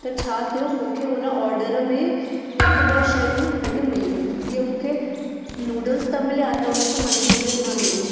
त छा थियो मूंखे हुन ऑडर में हिकु ॿ शयूं न घटि मिलियूं जीअं मूंखे नूडल्स त मिलिया त हुन सां मंचूरियन न मिली